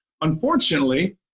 unfortunately